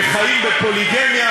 בחיים בפוליגמיה,